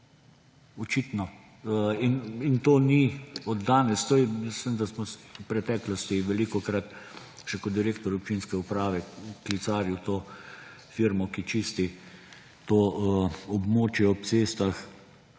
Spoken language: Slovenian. Očitno. In to ni od danes! Mislim, da sem v preteklosti velikokrat, še kot direktor občinske uprave, klicaril to firmo, ki čisti to območje ob cestah,